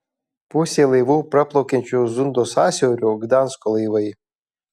pusė laivų praplaukiančių zundo sąsiauriu gdansko laivai